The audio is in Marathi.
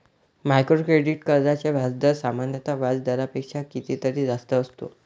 मायक्रो क्रेडिट कर्जांचा व्याजदर सामान्य व्याज दरापेक्षा कितीतरी जास्त असतो